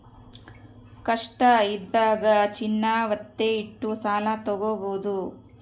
ಕಷ್ಟ ಇದ್ದಾಗ ಚಿನ್ನ ವತ್ತೆ ಇಟ್ಟು ಸಾಲ ತಾಗೊಬೋದು